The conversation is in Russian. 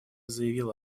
заявил